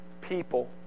people